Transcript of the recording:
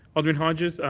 alderman hodges,